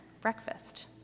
breakfast